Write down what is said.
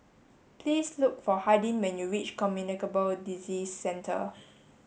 please look for Hardin when you reach Communicable Disease Centre